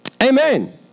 Amen